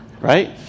right